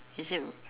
is it r~